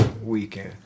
weekend